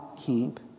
keep